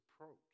approach